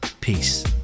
peace